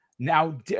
Now